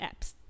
apps